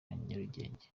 nyarugenge